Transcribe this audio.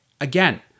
Again